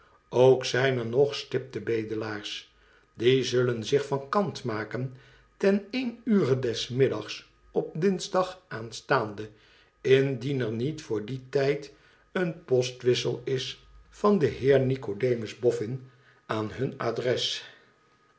ook zijn er nog stipte bedelaars die zullen zich van kant maken ten één ure des middags op dinsdag aanstaande indien er niet vr dien tijd een postwissel is van den heer nicodemus boffin aan hun adres